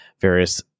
various